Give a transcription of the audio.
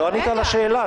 לא ענית על השאלה.